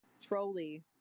Trolley